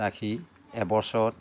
ৰাখি এবছৰত